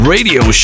Radio